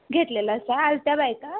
घेतलेलं सा आल्या होत्या बायका